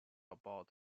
about